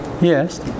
Yes